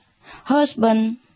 Husband